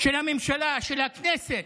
של הממשלה, של הכנסת,